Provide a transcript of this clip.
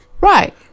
Right